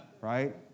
Right